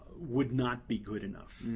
would not be good enough.